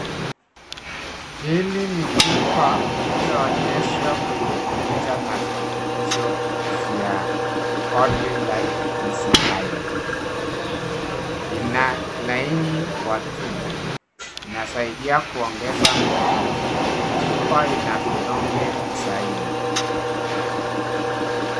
Hili ni chupa iliyoonyeshwa kwenye picha na virutubisho vya country life easy iron , ina laini kwa tumbo, inasaidia kuongeza nguvu, chupa ina vidonge tisaini.